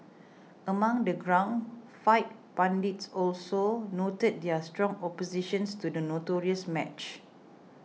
among the ground fight pundits also noted their strong oppositions to the notorious match